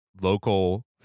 local